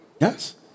Yes